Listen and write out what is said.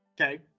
okay